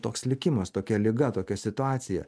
toks likimas tokia liga tokia situacija